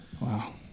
Wow